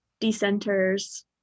decenters